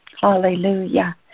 Hallelujah